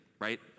right